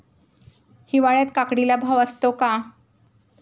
हिवाळ्यात काकडीला भाव असतो का?